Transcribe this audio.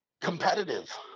competitive